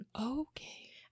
okay